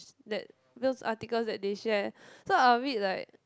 sh~ that news articles that they share so I a bit like